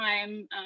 time